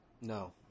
No